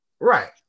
Right